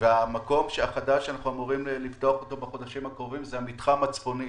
המקום החדש שאנחנו אמורים לפתוח אותו בחודשים הקרובים זה המתחם הצפוני